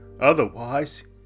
Otherwise